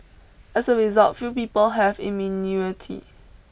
as a result few people have